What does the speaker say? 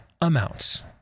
amounts